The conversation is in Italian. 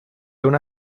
una